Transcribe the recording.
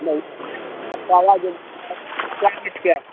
उसका रेट क्या है